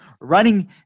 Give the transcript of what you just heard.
running